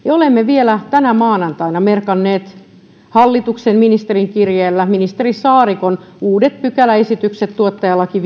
olemme vielä tänä maanantaina merkanneet hallituksen ministerin kirjeellä ministeri saarikon uudet pykäläesitykset tuottajalaki